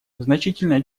значительное